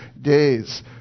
days